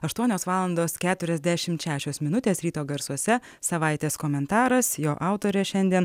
aštuonios valandos keturiasdešimt šešios minutės ryto garsuose savaitės komentaras jo autorė šiandien